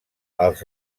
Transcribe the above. els